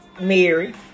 Mary